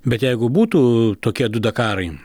bet jeigu būtų tokie du dakarai